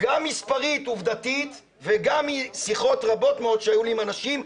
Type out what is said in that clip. גם מספרית עובדתית וגם משיחות רבות מאוד שהיו לי עם אנשים,